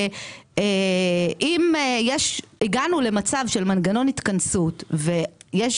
שאם הגענו למצב של מנגנון התכנסות ויש